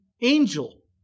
angel